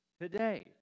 today